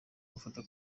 gufata